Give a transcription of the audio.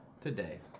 today